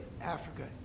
Africa